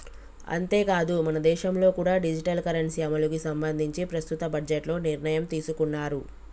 అంతేకాదు మనదేశంలో కూడా డిజిటల్ కరెన్సీ అమలుకి సంబంధించి ప్రస్తుత బడ్జెట్లో నిర్ణయం తీసుకున్నారు